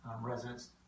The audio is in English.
residents